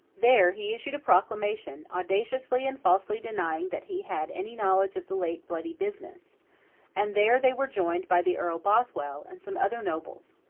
there, he issued a proclamation, audaciously and falsely denying that he had any knowledge of the late bloody business and there they were joined by the earl bothwell and some other nobles.